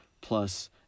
plus